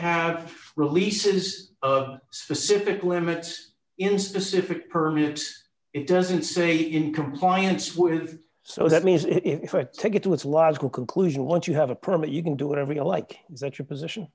have releases of specific limits in specific permits it doesn't say in compliance with so that means if i take it to its logical conclusion once you have a permit you can do whatever you like that your position